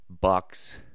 Bucks